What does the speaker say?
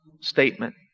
statement